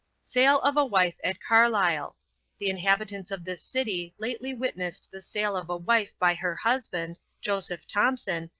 sale of a wife at carlisle the inhabitants of this city lately witnessed the sale of a wife by her husband, joseph thompson,